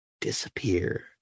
disappear